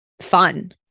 fun